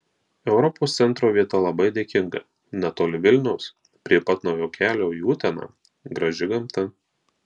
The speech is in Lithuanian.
europos centro vieta labai dėkinga netoli vilniaus prie pat naujo kelio į uteną graži gamta